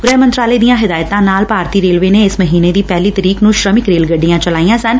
ਗੁਹਿ ਮੰਤਰਾਲੇ ਦੀਆ ਹਦਾਇਤਾ ਨਾਲ ਭਾਰਤੀ ਰੇਲਵੇ ਨੇ ਇਸ ਮਹੀਨੇ ਦੀ ਪਹਿਲੀ ਤਰੀਕ ਨੂੰ ਸ੍ਰਮਿਕ ਰੇਲ ਗੱਡੀਆ ਚਲਾਈਆਂ ਸਨ